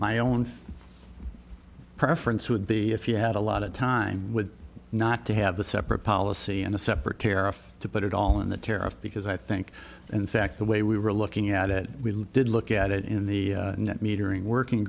my own preference would be if you had a lot of time would not to have a separate policy and a separate tariff to put it all in the tariff because i think in fact the way we were looking at it we did look at it in the net metering working